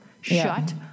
Shut